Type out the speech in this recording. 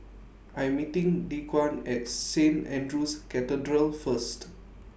I'm meeting Dequan At Saint Andrew's Cathedral First